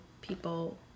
people